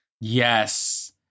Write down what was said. yes